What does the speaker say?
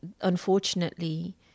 unfortunately